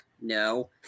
no